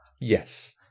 Yes